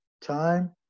time